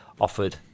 offered